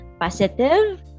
positive